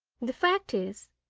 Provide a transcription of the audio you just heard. the fact is,